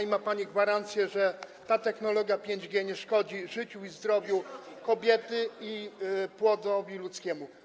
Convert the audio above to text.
i ma pani gwarancję, że technologia 5G nie szkodzi życiu i zdrowiu kobiety oraz płodowi ludzkiemu?